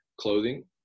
clothing